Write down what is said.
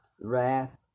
wrath